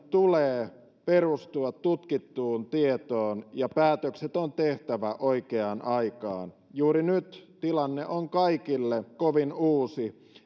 tulee perustua tutkittuun tietoon ja päätökset on tehtävä oikeaan aikaan juuri nyt tilanne on kaikille kovin uusi